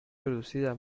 producida